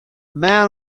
man